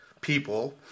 people